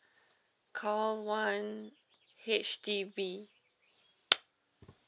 call one H_D_B